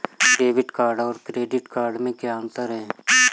Debit card और credit card में क्या अंतर है?